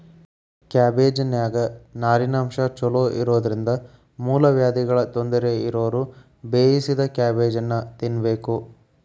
ಕ್ಯಾಬಿಜ್ನಾನ್ಯಾಗ ನಾರಿನಂಶ ಚೋಲೊಇರೋದ್ರಿಂದ ಮೂಲವ್ಯಾಧಿಗಳ ತೊಂದರೆ ಇರೋರು ಬೇಯಿಸಿದ ಕ್ಯಾಬೇಜನ್ನ ತಿನ್ಬೇಕು